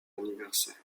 anniversaire